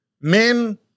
Men